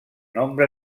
nombre